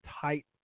Tight